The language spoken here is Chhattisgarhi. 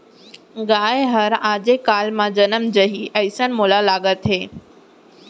गाय हर आजे काल म जनम जाही, अइसन मोला लागत हे